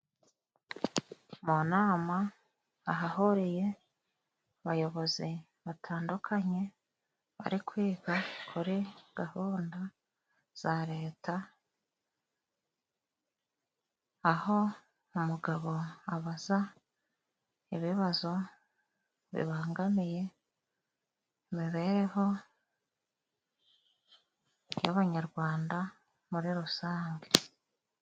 Mu nama ahahureye abayobozi batandukanye bari kwiga kuri gahunda za leta, aho umugabo abaza ibibazo bibangamiye imibereho y'abanyarwanda muri rusange.